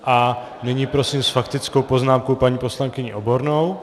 A nyní prosím s faktickou poznámkou paní poslankyni Obornou.